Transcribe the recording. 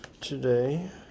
today